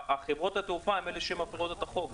חברות התעופה הן אלה שמפרות את החוק.